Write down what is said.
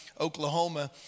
Oklahoma